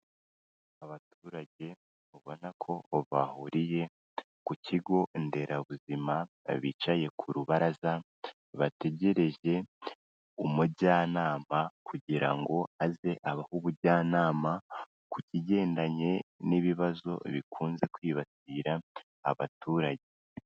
Abaturage ubona ko bahuriye ku kigo nderabuzima bicaye ku rubaraza bategereje umujyanama kugira ngo aze abahe ubujyanama ku kigendanye n'ibibazo bikunze kwibasira abaturage.